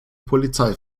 polizei